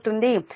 కాబట్టి అది 47